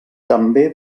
també